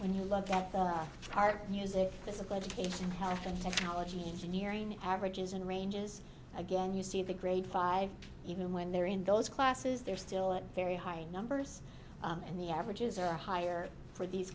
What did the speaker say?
when you look at art music physical education health and technology engineering averages and ranges again you see the grade five even when they're in those classes they're still at very high numbers and the averages are higher for these